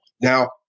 Now